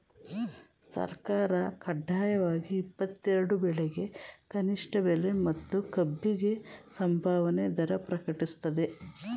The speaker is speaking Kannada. ಸರ್ಕಾರ ಕಡ್ಡಾಯವಾಗಿ ಇಪ್ಪತ್ತೆರೆಡು ಬೆಳೆಗೆ ಕನಿಷ್ಠ ಬೆಲೆ ಮತ್ತು ಕಬ್ಬಿಗೆ ಸಂಭಾವನೆ ದರ ಪ್ರಕಟಿಸ್ತದೆ